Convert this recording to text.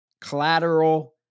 collateral